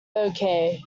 okay